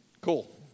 Cool